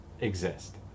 exist